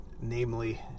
Namely